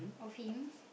of him